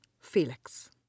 Felix